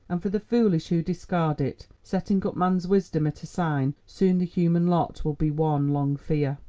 and for the foolish who discard it, setting up man's wisdom at a sign, soon the human lot will be one long fear.